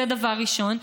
זה דבר ראשון.